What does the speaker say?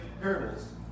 parables